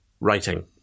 Writing